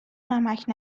نمکـ